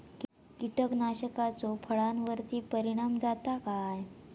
कीटकनाशकाचो फळावर्ती परिणाम जाता काय?